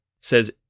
says